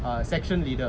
a section leader